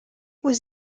was